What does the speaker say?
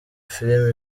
filime